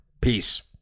Peace